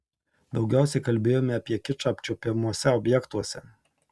daugiausiai kalbėjome apie kičą apčiuopiamuose objektuose